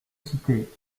cité